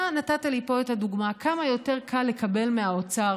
אתה נתת לי פה את הדוגמה כמה יותר קל לקבל מהאוצר